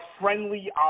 friendly